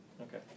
Okay